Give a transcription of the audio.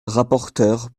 rapporteur